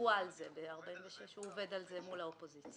הוא עובד על זה מול האופוזיציה.